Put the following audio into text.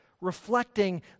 reflecting